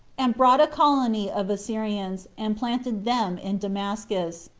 and brought a colony of assyrians, and planted them in damascus.